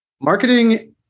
Marketing